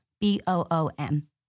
B-O-O-M